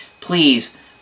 please